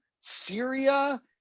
Syria